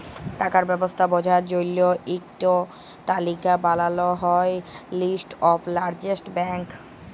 টাকার ব্যবস্থা বঝার জল্য ইক টো তালিকা বানাল হ্যয় লিস্ট অফ লার্জেস্ট ব্যাঙ্ক